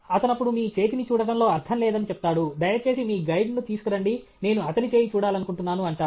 అతనపుడు మీ చేతిని చూడటంలో అర్థం లేదని చెప్తాడు దయచేసి మీ గైడ్ ను తీసుకురండి నేను అతని చేయి చూడాలనుకుంటున్నాను అంటాడు